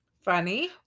Funny